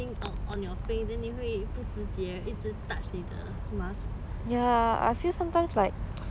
不觉一直 touch 你的 mask